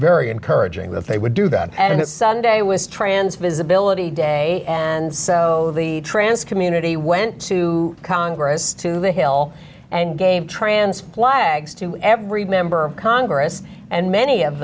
very encouraging that they would do that and it's sunday was trans visibility day and so the trance community went to congress to the hill and game trans flags to every member of congress and many of